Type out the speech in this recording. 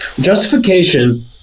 Justification